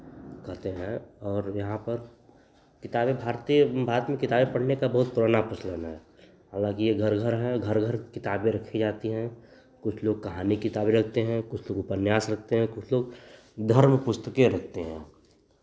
कहते हैं और यहाँ पर किताबें भारतीय भारत में किताबें पढ़ने का बहुत पुराना प्रचलन है हालांकि ये घर घर है और घर घर किताबें रखी जाती हैं कुछ लोग कहानी की किताबें रखते हैं कुछ लोग उपन्यास रखते हैं कुछ लोग धर्म पुस्तकें रखते हैं